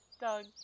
Doug